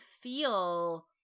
feel